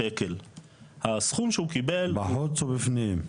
סודק וחורץ במצוקים הללו.